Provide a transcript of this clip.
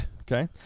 okay